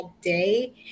day